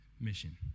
Mission